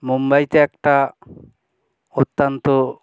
মুম্বইতে একটা অত্যন্ত